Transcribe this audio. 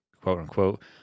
quote-unquote